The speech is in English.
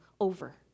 Over